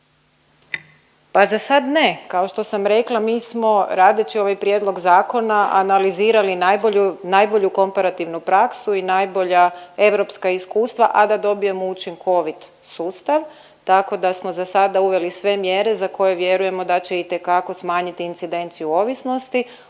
Pa zasad ne, kao što sam rekla mi smo radeći ovaj prijedlog zakona analizirali najbolju, najbolju komparativnu praksu i najbolja europska iskustva, a da dobijemo učinkovit sustav, tako da smo zasada uveli sve mjere za koje vjerujemo da će itekako smanjiti incidenciju ovisnosti,